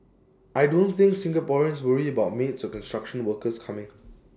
I don't think Singaporeans worry about maids or construction workers coming